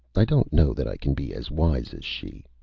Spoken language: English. i don't know that i can be as wise as she.